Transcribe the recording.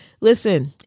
Listen